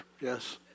Yes